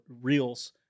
reels